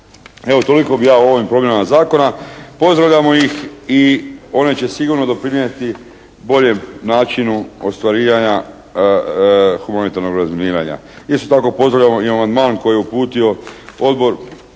Evo, toliko bih ja o ovim promjenama zakona. Pozdravljamo ih i one će sigurno doprinijeti boljem načinu ostvarivanja humanitarnog razminiranja. Isto tako, pozdravljamo i amandman koji je uputio Odbor